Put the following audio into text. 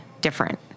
different